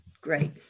Great